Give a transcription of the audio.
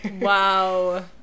Wow